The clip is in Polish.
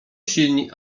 silni